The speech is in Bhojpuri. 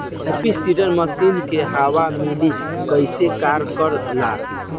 हैप्पी सीडर मसीन के कहवा मिली कैसे कार कर ला?